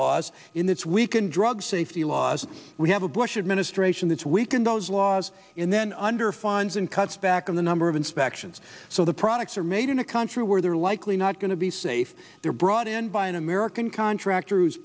laws in this we can drug safety laws we have a bush administration this week and those laws and then under fines and cuts back on the number of inspections so the products are made in a country where they're likely not going to be safe they're brought in by an american contractor